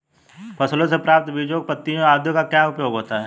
फसलों से प्राप्त बीजों पत्तियों आदि का क्या उपयोग होता है?